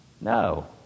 No